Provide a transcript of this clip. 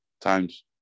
times